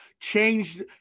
changed